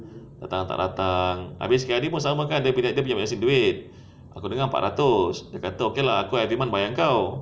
tak datang-datang abeh sekian hari pun sama kan dia pinjam yasin duit aku dengan empat ratus dia kata okay lah aku every month bayar kau